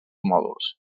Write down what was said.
mòduls